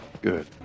Good